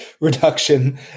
reduction